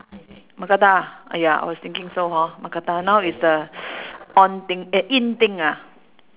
mookata !aiya! I was thinking so hor mookata now is the on thing uh in thing ah